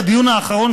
בדיון האחרון,